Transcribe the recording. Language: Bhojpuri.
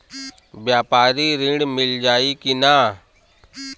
व्यापारी ऋण मिल जाई कि ना?